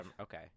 Okay